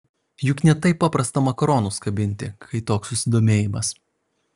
juk ne taip paprasta makaronus kabinti kai toks susidomėjimas